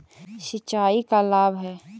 सिंचाई का लाभ है?